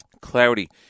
cloudy